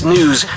News